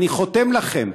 אני חותם לכם: